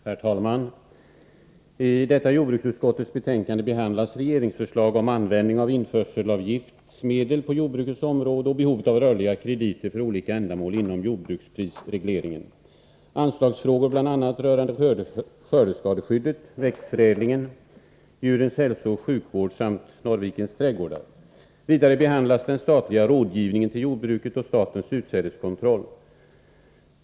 Herr talman! I detta jordbruksutskottets betänkande behandlas regeringsförslag om användning av införselavgiftsmedel på jordbrukets område och behovet av rörliga krediter för olika ändamål inom jordbruksprisregleringen, anslagsfrågor rörande bl.a. skördeskadeskyddet, växtförädlingen, djurens hälsooch sjukvård samt Norrvikens trädgårdar. Vidare behandlas den statliga rådgivningen till jordbruket och statens utsädeskontroll.